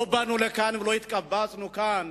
לא באנו לכאן ולא התקבצנו כאן